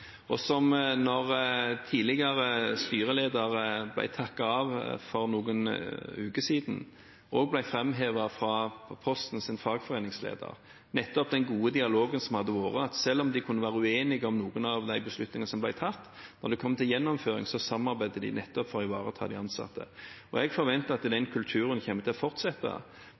tidligere styrelederen ble takket av for noen uker siden, ble det av Postens fagforeningsleder framhevet nettopp den gode dialogen som hadde vært. Selv om de kunne være uenige om noen av beslutningene som ble tatt, samarbeidet de når det kom til gjennomføring, nettopp for å ivareta de ansatte. Jeg forventer at den kulturen